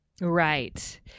Right